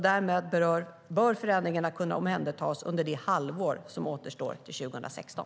Därmed bör förändringarna kunna omhändertas under det halvår som återstår till 2016.